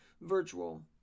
virtual